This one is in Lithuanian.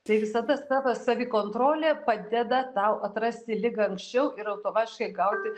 tai visada savęs savikontrolė padeda tau atrasti ligą anksčiau ir automatiškai gauti